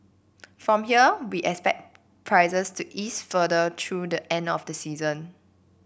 from here we expect prices to ease further through the end of the season